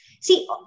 See